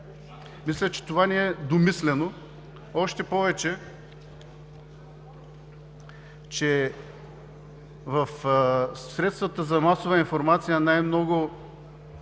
Мисля, че това е недомислено, още повече, че в средствата за масова информация – най-много